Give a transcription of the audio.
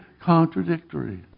contradictory